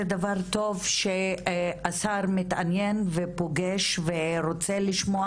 זה דבר טוב שהשר מתעניין ופוגש ורוצה לשמוע